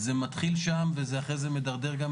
זה מתחיל שם וזה אחרי זה מתדרדר גם,